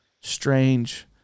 strange